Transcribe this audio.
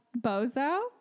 Bozo